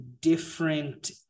different